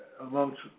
amongst